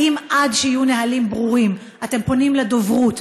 האם עד שיהיו נהלים ברורים אתם פונים לדוברות